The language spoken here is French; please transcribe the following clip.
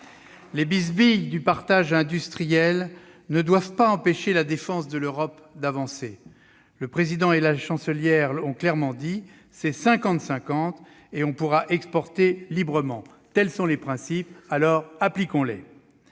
Les bisbilles du partage industriel ne doivent pas empêcher la défense européenne d'avancer. Le Président de la République et la Chancelière l'ont clairement dit, c'est 50-50, et on pourra exporter librement. Tels sont les principes ! Appliquons-les